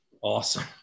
Awesome